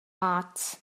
arts